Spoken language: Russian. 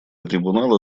трибунала